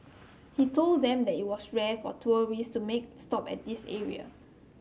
he told them that it was rare for tourist to make a stop at this area